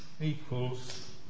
equals